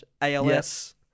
ALS